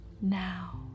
now